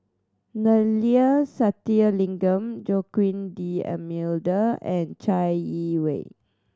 Neila Sathyalingam Joaquim D'Almeida and Chai Yee Wei